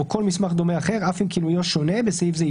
או כל מסמך דומה אחר אף אם כינויו שונה (בסעיף זה,